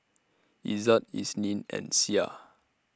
Izzat Isnin and Syah